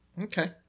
Okay